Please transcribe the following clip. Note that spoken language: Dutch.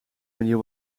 manier